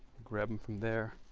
grab them from there.